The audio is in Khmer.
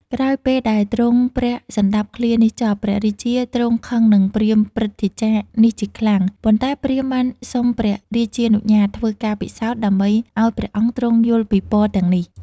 ក្រោយពេលដែលទ្រង់ព្រះសណ្តាប់ឃ្លានេះចប់ ព្រះរាជាទ្រង់ខឹងនឹងព្រាហ្មណ៍ព្រឹទ្ធាចារ្យនេះជាខ្លាំង ប៉ុន្តែព្រាហ្មណ៍បានសុំព្រះរាជានុញ្ញាតធ្វើការពិសោធន៍ ដើម្បីឲ្យព្រះអង្គទ្រង់យល់ពីពរទាំងនេះ។